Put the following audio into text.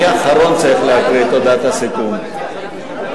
אני צריך להקריא את הודעת הסיכום אחרון.